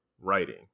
writing